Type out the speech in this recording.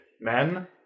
men